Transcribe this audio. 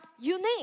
unique